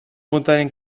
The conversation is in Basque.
puntaren